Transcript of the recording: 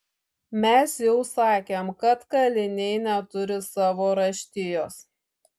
mes jau sakėm kad kaliniai neturi savo raštijos